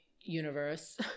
universe